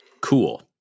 Cool